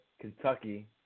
Kentucky